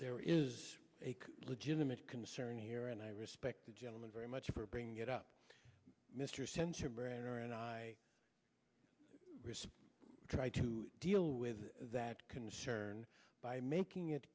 there is a legitimate concern here and i respect the gentleman very much for bringing it up mr sensenbrenner and i tried to deal with that concern by making it